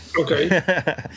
okay